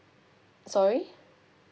sorry